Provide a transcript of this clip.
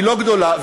לא גדולה.